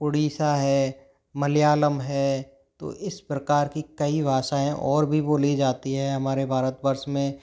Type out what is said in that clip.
उड़ीसा है मलयालम है तो इस प्रकार की कई भाषाएँ और भी बोली जाती है हमारे भारतवर्ष में